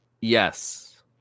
Yes